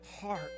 heart